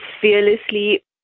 fearlessly